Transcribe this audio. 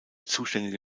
zuständige